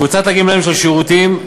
קבוצת הגמלאים של השירותים,